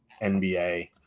NBA